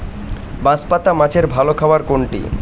বাঁশপাতা মাছের ভালো খাবার কোনটি?